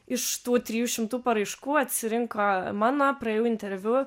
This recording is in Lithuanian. iš tų trijų šimtų paraiškų atsirinko mano praėjau interviu